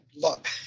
look